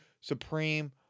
supreme